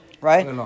Right